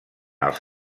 els